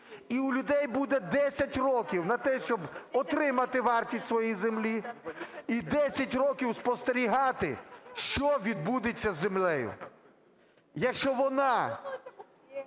І у людей буде 10 років на те, щоб отримати вартість своєї землі, і 10 років спостерігати, що відбудеться з землею. Якщо вона